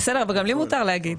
בסדר, גם לי מותר להגיד,